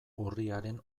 urriaren